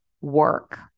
work